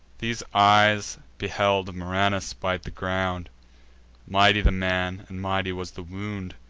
these eyes beheld murranus bite the ground mighty the man, and mighty was the wound.